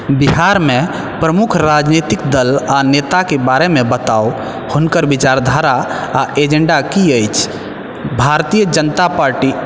बिहारमे प्रमुख राजनीतिक दल आओर नेताके बारेमे बताउ हुनकर विचारधारा आओर एजेन्डा की अछि भारतीय जनता पार्टी